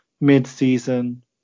mid-season